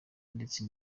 ndetse